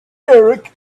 eric